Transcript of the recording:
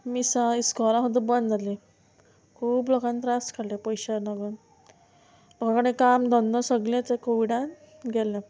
मिसां इस्कोलां सुद्दां बंद जालीं खूब लोकांक त्रास काडले पयशां लागोन लोकां कडे काम धंदो सगलें ते कोविडान गेलें